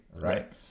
right